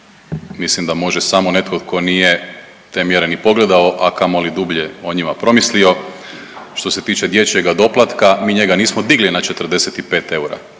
mislim da može samo netko tko nije te mjere ni pogledao, a kamoli dublje o njima promislio. Što se tiče dječjega doplatka mi njega nismo digli na 45 eura,